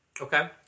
Okay